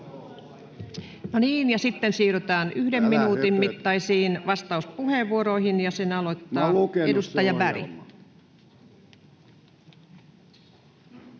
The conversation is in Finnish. No niin, ja sitten siirrytään yhden minuutin mittaisiin vastauspuheenvuoroihin, ja ne aloittaa edustaja Berg.